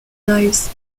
knives